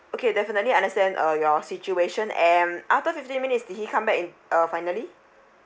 okay definitely understand uh your situation and after fifteen minutes did he come back in uh finally